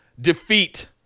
defeat